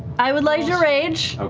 i would like to rage. ah